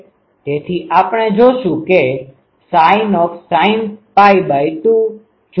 તેથી આપણે જોશું કે sin 2 જોશું